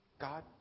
God